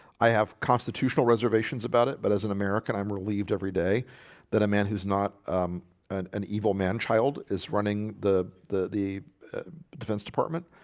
i have constitutional reservations about it but as an american, i'm relieved every day that a man who's not um an an evil man child is running the the defense defense department